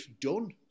done